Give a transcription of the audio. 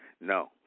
No